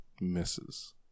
Misses